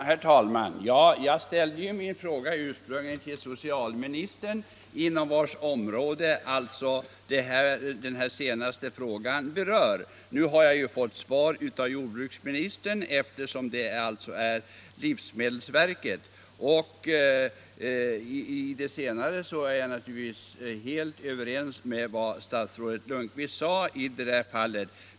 Herr talman! Jag ställde ju ursprungligen min fråga till socialministern, inom vars område den senaste frågan hör hemma. Nu har jag fått svar av jordbruksministern eftersom bestämmelserna kommer från livsmedelsverket. I det senare fallet är jag naturligtvis helt överens med statsrådet.